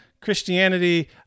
Christianity